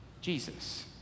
Jesus